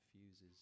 fuses